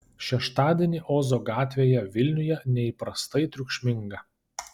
šeštadienį ozo gatvėje vilniuje neįprastai triukšminga